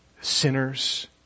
sinners